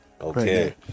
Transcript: okay